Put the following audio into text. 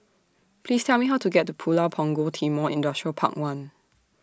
Please Tell Me How to get to Pulau Punggol Timor Industrial Park one